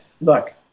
look